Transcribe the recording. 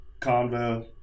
convo